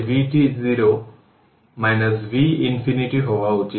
ধরুন এটি সময় এবং এটি ভোল্টেজ এবং যদি একটি dc ভোল্টেজ নেওয়া হয় তবে এটি একটি কনস্ট্যান্ট